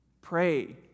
pray